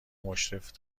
مشرف